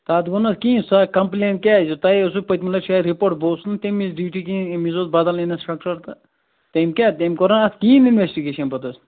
تَتھ گوٚو نا کِہیٖنۍ سُہ ہے کمپُلین کیٛازِ تۅہہِ ہے اوسوٕ پٔتمہِ لٹہِ شاید رِپوٹ بہٕ اوسُس نہٕ تَمہِ وِزِ ڈیوٹی کیٚنٛہہ اَمہِ وِزِ اوس بدل اِنسپٮ۪کٹر تہٕ تٔمۍ کیٛاہ تٔمۍ کوٚر نا اتھ کِہیٖنۍ اِنویسٹِگیٚشن پوٚتُس